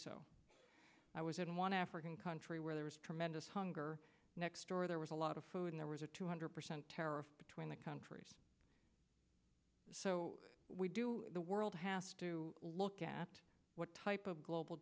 so i was in one african country where there was tremendous hunger next door there was a lot of food there was a two hundred percent tariff between the countries so we do the world has to look at what type of global